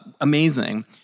amazing